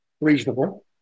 reasonable